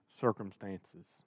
circumstances